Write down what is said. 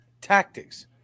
tactics